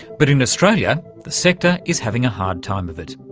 but in australia the sector is having a hard time of it.